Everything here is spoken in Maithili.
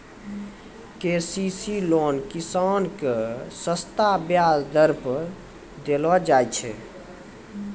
के.सी.सी लोन किसान के सस्ता ब्याज दर पर देलो जाय छै